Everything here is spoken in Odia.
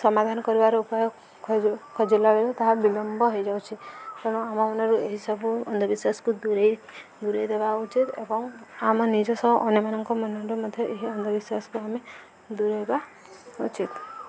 ସମାଧାନ କରିବାର ଉପାୟ ଖୋଜ ଖୋଜିଲା ବେଳେ ତାହା ବିଳମ୍ବ ହେଇଯାଉଛି ତେଣୁ ଆମ ମନରୁ ଏହିସବୁ ଅନ୍ଧବିଶ୍ୱାସକୁ ଦୂରେଇ ଦୂରେଇ ଦେବା ଉଚିତ ଏବଂ ଆମ ନିଜ ସହ ଅନ୍ୟମାନଙ୍କ ମନରେ ମଧ୍ୟ ଏହି ଅନ୍ଧବିଶ୍ୱାସକୁ ଆମେ ଦୂରେଇବା ଉଚିତ